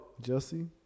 Jesse